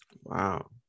Wow